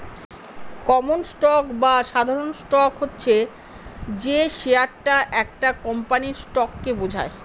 common stock বা সাধারণ stock হচ্ছে যে শেয়ারটা একটা কোম্পানির স্টককে বোঝায়